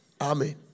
Amen